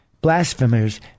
Blasphemers